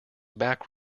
back